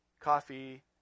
coffee